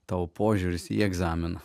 tavo požiūris į egzaminą